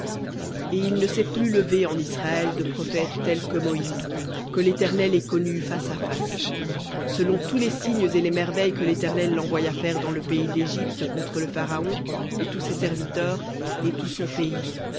et il ne s'est plus levé en israël de prophète tel que moïse que l'éternel ait connu face à face selon tous les signes et les merveilles que l'éternel l'envoya faire dans le pays d'égypte contre le pharaon et tous ses serviteurs et tout son pays